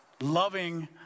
loving